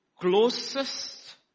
closest